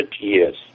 years